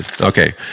Okay